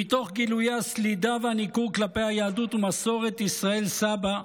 מתוך גילויי הסלידה והניכור כלפי היהדות ומסורת ישראל סבא,